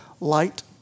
light